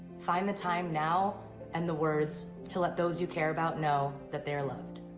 find the time now and the words to let those you care about know that they are loved.